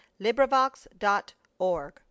LibriVox.org